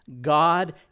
God